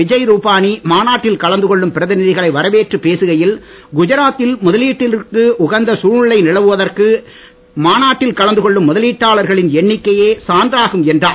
விஜய் ரூபானி மாநாட்டில் கலந்துகொள்ளும் பிரதிநிதிகளை வரவேற்றுப் பேசுகையில் குஜராத் தில் முதலீட்டிற்கு சூழ்நிலை நிலவுவதற்கு மாநாட்டில் கலந்துகொள்ளும் உகந்த முதலீட்டாளர்களின் எண்ணிக்கையே சான்றாகும் என்றார்